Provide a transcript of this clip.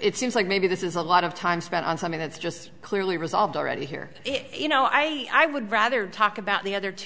it seems like maybe this is a lot of time spent on something that's just clearly resolved already here if you know i i would rather talk about the other two